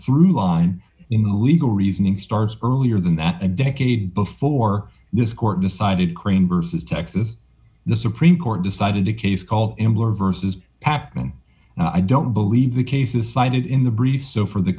through line in the legal reasoning starts earlier than that a decade before this court decided kramer vs texas the supreme court decided a case called employer versus pacman and i don't believe the cases cited in the brief so for the